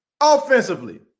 Offensively